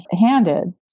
handed